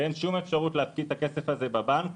ואין שום להפקיד את הכסף הזה בבנק,